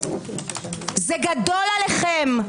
זה גדול עליכם.